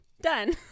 Done